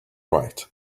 right